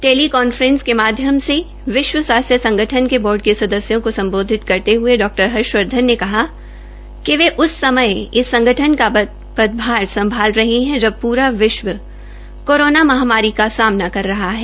tele conference के माध्यम से विश्व स्वास्थ्य संगठन के बोर्ड के सदस्यों को सम्बोधित करते हये डा हर्षवर्धन ने कहा कि वे उस समय इस संगठन का पदभार संभाल रहे है जब पूरा विश्व कोरोना महामारी का सामना कर रहा है